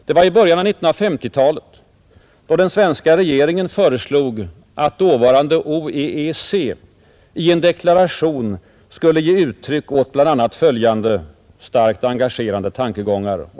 Det var i början av 1950-talet, då den svenska regeringen föreslog att dåvarande OEEC i en deklaration skulle ge uttryck åt bl.a. följande starkt engagerande tankegångar.